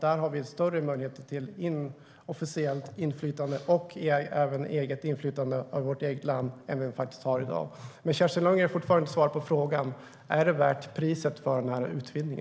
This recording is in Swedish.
Där har vi större möjligheter till inofficiellt inflytande och även inflytande över vårt eget land än vi har i dag. Kerstin Lundgren har fortfarande inte svarat på frågan. Är utvidgningen värd sitt pris?